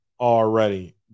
already